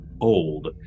old